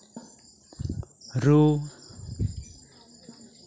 row